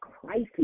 crisis